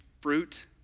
fruit